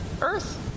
earth